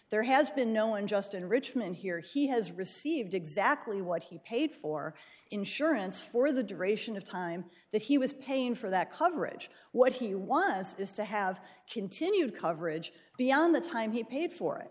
there has been no unjust enrichment here he has received exactly what he paid for insurance for the duration of time that he was paying for that coverage what he was is to have continued coverage beyond the time he paid for it